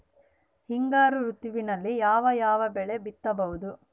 ಹಿಂಗಾರು ಋತುವಿನಲ್ಲಿ ಯಾವ ಯಾವ ಬೆಳೆ ಬಿತ್ತಬಹುದು?